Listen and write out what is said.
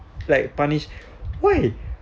like punished why